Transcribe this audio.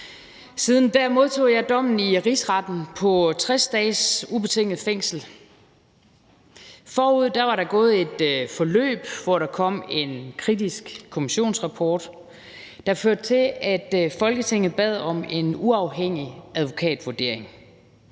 siden, modtog jeg dommen i Rigsretten på 60 dages ubetinget fængsel. Forud havde der været et forløb, hvor der kom en kritisk kommissionsrapport, der førte til, at Folketinget bad om en uafhængig advokatvurdering.